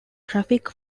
traffic